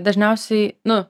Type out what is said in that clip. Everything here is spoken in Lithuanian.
dažniausiai nu